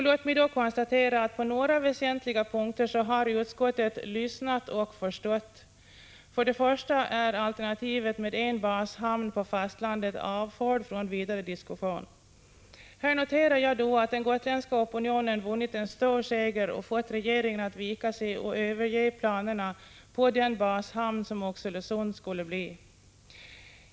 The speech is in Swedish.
Låt mig konstatera att utskottet på några väsentliga punkter har lyssnat och förstått. Bl.a. är alternativet med en bashamn på fastlandet avfört från vidare diskussion. Här noterar jag att den gotländska opinionen vunnit en stor seger och fått regeringen att vika sig och överge planerna på att Oxelösund skulle bli bashamn.